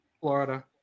Florida